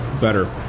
better